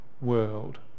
world